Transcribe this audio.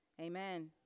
Amen